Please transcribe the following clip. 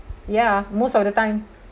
ya most of the time